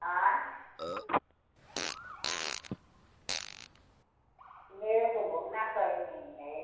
हाँ मेरे को घूमना कहीं नहीं है